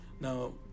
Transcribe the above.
Now